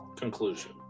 conclusion